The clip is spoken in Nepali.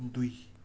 दुई